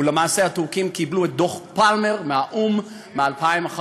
ולמעשה הטורקים קיבלו את דוח פלמר מהאו"ם מ-2011,